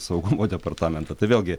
saugumo departamentą tai vėlgi